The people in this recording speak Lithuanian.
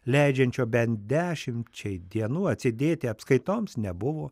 leidžiančio bent dešimčiai dienų atsidėti apskaitoms nebuvo